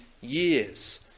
years